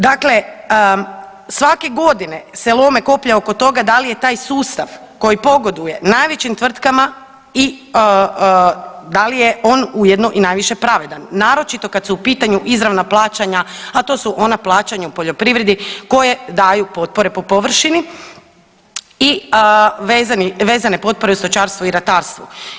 Dakle, svake godine se lome koplja oko toga da li je taj sustav koji pogoduje najvećim tvrtkama i da li je on ujedno i najviše pravedan, naročito kad su u pitanju izravna plaćanja a to su ona plaćanja u poljoprivredi koje daju potpore po površini i vezane potpore stočarstvu i ratarstvu.